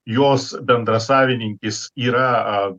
jos bendrasavininkis yra a